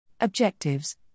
OBJECTIVES